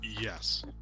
Yes